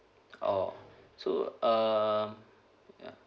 oh so um ya